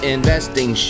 Investing